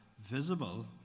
visible